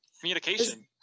communication